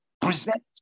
present